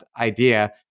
idea